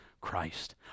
Christ